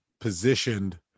Positioned